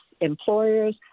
employers